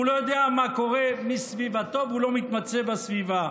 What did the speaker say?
הוא לא יודע מה קורה בסביבתו והוא לא מתמצא בסביבה.